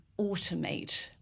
automate